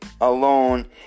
alone